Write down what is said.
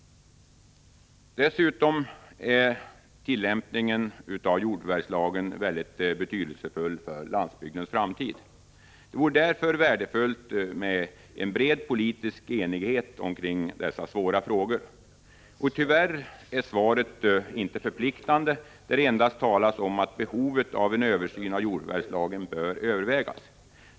Dessutom är tillämpningen av jordförvärvslagen väldigt betydelsefull för landsbygdens framtid. Det vore därför värdefullt med en bred politisk enighet om dessa svåra frågor. Tyvärr är interpellationssvaret föga förpliktigande. Det talas endast om att behovet av en översyn av jordförvärvslagen bör övervägas.